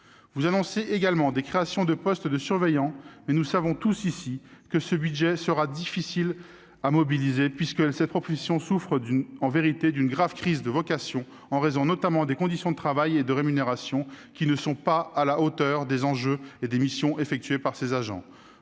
des sceaux, des créations de postes de surveillant, mais nous savons tous ici que ce budget sera difficile à mobiliser, puisque cette profession souffre, en vérité, d'une grave crise des vocations, en raison notamment des conditions de travail et de rémunération, qui ne sont pas à la hauteur des enjeux et des missions effectuées par ces agents.